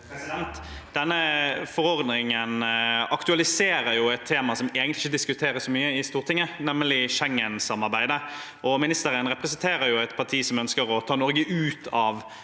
Denne forordningen aktualiserer et tema som egentlig ikke diskuteres så mye i Stortinget, nemlig Schengen-samarbeidet. Ministeren representerer jo et parti som ønsker å ta Norge ut av